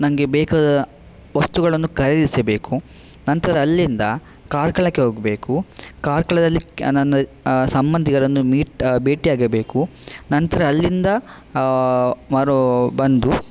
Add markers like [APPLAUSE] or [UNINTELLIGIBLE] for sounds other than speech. ನಂಗೆ ಬೇಕಾದ ವಸ್ತುಗಳನ್ನು ಖರೀದಿಸಬೇಕು ನಂತರ ಅಲ್ಲಿಂದ ಕಾರ್ಕಳಕ್ಕೆ ಹೋಗಬೇಕು ಕಾರ್ಕಳದಲ್ಲಿ ಕೆ ನನ್ನ ಸಂಬಂಧಿಕರನ್ನು ಮೀಟ್ ಭೇಟಿಯಾಗಬೇಕು ನಂತರ ಅಲ್ಲಿಂದ [UNINTELLIGIBLE] ಬಂದು